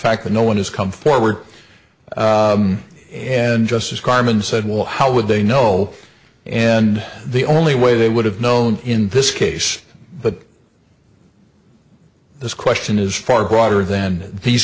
fact that no one has come forward and just as carmen said well how would they know and the only way they would have known in this case but this question is far broader than these